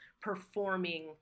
performing